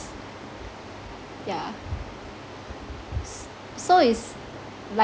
yeah s~ so it's like